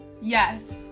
Yes